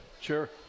Sure